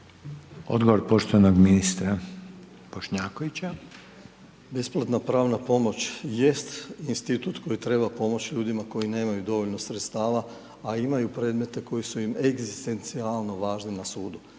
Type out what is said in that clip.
Odgovor poštovanog ministra Bošnjakovića. **Bošnjaković, Dražen (HDZ)** Besplatna pravna pomoć jest institut koji treba pomoći ljudima koji nemaju dovoljno sredstava, a imaju predmete koji su im egzistencijalno važni na sudu.